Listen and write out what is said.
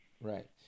Right